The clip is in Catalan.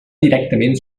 directament